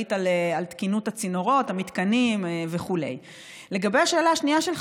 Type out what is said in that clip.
נורה למוות, אדוני, על ידי משמר